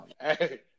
Hey